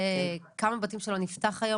כמה בתים שלא נפתח היום,